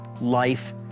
life